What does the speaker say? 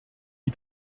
wie